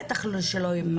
בטח שהן לא ייפגעו.